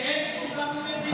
כעין צונאמי מדיני.